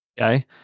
Okay